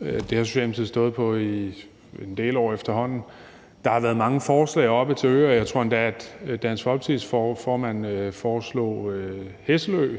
et standpunkt, Socialministeriet stået på i en del år efterhånden. Der har været mange forslag til øer oppe, og jeg tror endda, at Dansk Folkepartis formand foreslog Hesselø